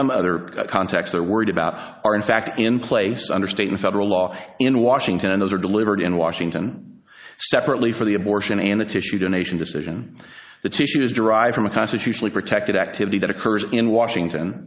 some other context they're worried about are in fact in place under state and federal law in washington and those are delivered in washington separately for the abortion and the tissue donation decision the tissue is derived from a constitutionally protected activity that occurs in washington